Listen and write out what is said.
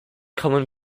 common